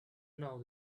now